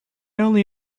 only